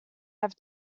have